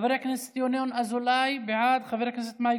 חבר הכנסת ינון אזולאי, בעד,